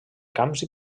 camps